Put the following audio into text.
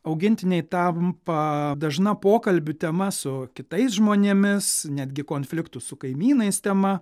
augintiniai tampa dažna pokalbių tema su kitais žmonėmis netgi konfliktų su kaimynais tema